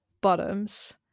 Bottoms